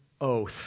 oath